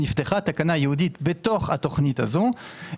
נפתחה תקנה ייעודית בתוך התוכנית הזו.